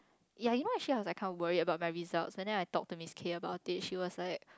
ya you know actually I was kind of worried about my results and then I talked to Miss kay about it she was like